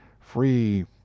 free